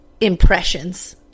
impressions